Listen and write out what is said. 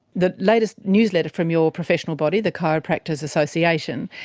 the latest newsletter from your professional body, the chiropractors association,